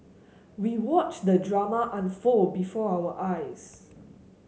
we watched the drama unfold before our eyes